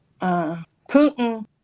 Putin